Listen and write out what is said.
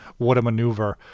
Whatamaneuver